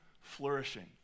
flourishing